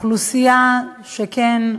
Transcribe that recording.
אוכלוסייה שכן,